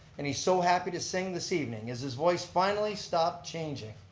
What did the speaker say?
and he's so happy to sing this evening as his voice finally stopped changing.